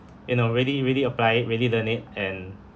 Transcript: you know really really apply it really learn it and